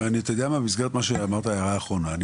במסגרת ההערה האחרונה שאמרת